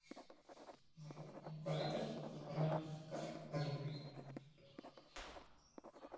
ᱟᱫᱚ ᱚᱱᱠᱟ ᱠᱟᱛᱮᱫ ᱵᱟᱯᱞᱟ ᱦᱚᱨᱟ ᱠᱟᱛᱮ ᱟᱹᱜᱩ ᱦᱩᱭᱩᱜᱼᱟ